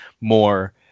more